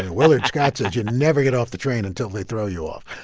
and willard scott says you never get off the train until they throw you off